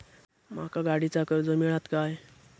माका गाडीचा कर्ज मिळात काय?